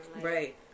right